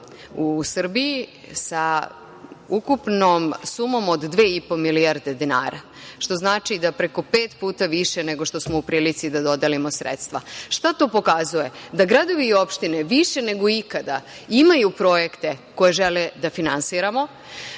u Srbiji sa ukupnom sumom od 2,5 milijarde dinara, što znači da preko puta više nego što smo u prilici da dodelimo sredstva. Šta to pokazuje? Da gradovi i opštine više nego ikada imaju projekte koje žele da finansiramo,